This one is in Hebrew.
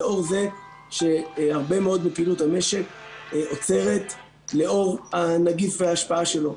לאור זה שהרבה מאוד מפעילות המשק עוצרת לאור הנגיף וההשפעה שלו.